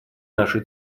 нашей